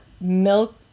milk